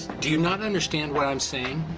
do you not understand what i'm saying?